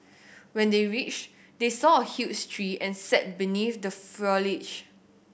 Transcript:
when they reached they saw a huge tree and sat beneath the foliage